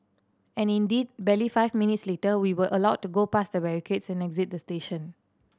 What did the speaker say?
and indeed barely five minutes later we were allowed to go past the barricades and exit the station